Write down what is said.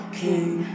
king